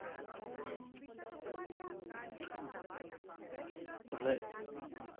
ᱛᱟᱦᱚᱮ